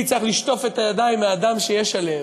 צריך לשטוף את הידיים מהדם שיש עליהן.